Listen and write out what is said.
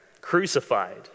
crucified